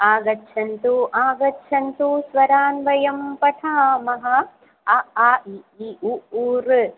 आगच्छन्तु आगच्छन्तु स्वरान् वयं पठामः अ आ इ ई उ ऊ ऋ